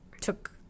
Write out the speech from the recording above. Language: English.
took